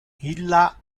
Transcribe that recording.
illa